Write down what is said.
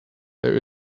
there